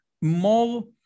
more